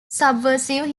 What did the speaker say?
subversive